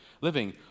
living